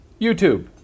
YouTube